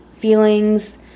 Feelings